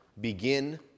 begin